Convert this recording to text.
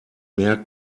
mehr